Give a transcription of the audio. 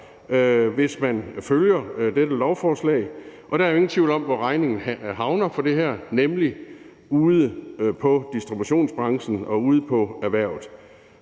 hvis man følger dette lovforslag. Og der er jo ingen tvivl om, hvor regningen for det her havner, nemlig ude i distributionsbranchen og ude i erhvervet.